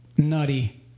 Nutty